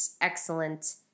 excellent